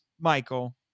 Michael